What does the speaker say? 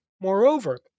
Moreover